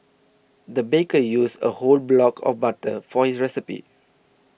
the baker used a whole block of butter for his recipe